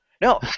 No